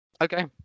okay